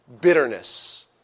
bitterness